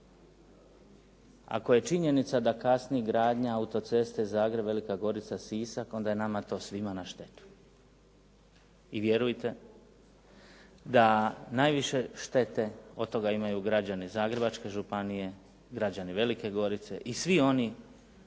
Ako je činjenica da kasni gradnja auto-ceste Zagreb-Velika Gorica-Sisak onda je nama to svima na štetu i vjerujte da najviše štete od toga imaju građani Zagrebačke županije, građani Velike Gorice i svi oni